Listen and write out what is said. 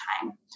time